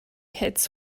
hits